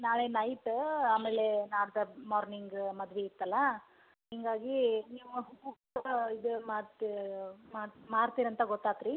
ನಾಳೆ ನೈಟ್ ಆಮೇಲೇ ನಾಡ್ದು ಮಾರ್ನಿಂಗ್ ಮದ್ವೆ ಇತ್ತಲ್ಲ ಹಿಂಗಾಗೀ ನೀವು ಹ್ಞೂ ಇದು ಮಾರು ಮಾರು ಮಾರ್ತೀರ ಅಂತ ಗೊತ್ತಾತು ರೀ